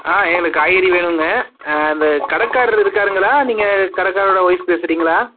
ஆ எங்களுக்கு காய்கறி வேணும்ங்க அந்த கடைக்காரரு இருக்காருங்களா நீங்கள் கடைக்காரரோட ஒய்ஃப் பேசுகிறீங்களா